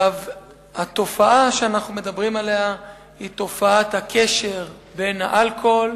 התופעה שאנחנו מדברים עליה היא תופעת הקשר בין אלכוהול,